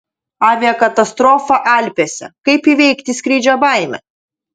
aviakatastrofa alpėse kaip įveikti skrydžio baimę